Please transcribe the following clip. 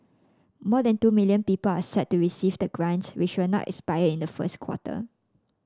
more than two million people are set to receive the grant which will not expire in the first quarter